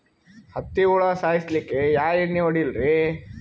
ಹತ್ತಿ ಹುಳ ಸಾಯ್ಸಲ್ಲಿಕ್ಕಿ ಯಾ ಎಣ್ಣಿ ಹೊಡಿಲಿರಿ?